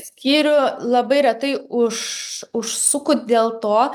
skyrių labai retai už užsuku dėl to